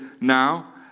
now